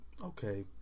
okay